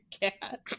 cat